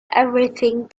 everything